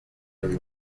hari